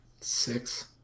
six